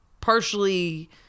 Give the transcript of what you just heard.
partially